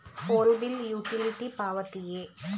Phone bill utility ಪಾವತಿಯೇ?